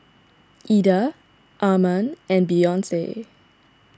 Eda Arman and Beyonce